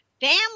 Family